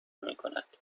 میکند